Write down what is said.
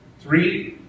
three